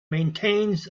maintains